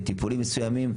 בטיפולים מסוימים,